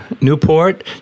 Newport